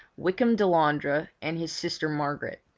wykham delandre and his sister margaret.